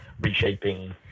reshaping